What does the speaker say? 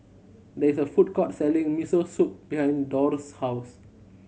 there is a food court selling Miso Soup behind Dorr's house